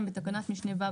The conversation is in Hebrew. בתקנת משנה (ו),